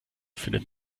findet